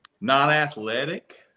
non-athletic